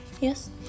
yes